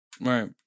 Right